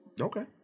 Okay